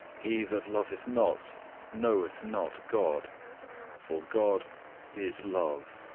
he that loveth not knoweth not god for god is love.